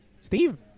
Steve